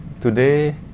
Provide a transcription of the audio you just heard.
today